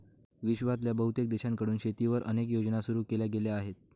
विश्वातल्या बहुतेक देशांकडून शेतीवर अनेक योजना सुरू केल्या गेल्या आहेत